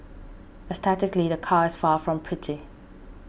aesthetically the car is far from pretty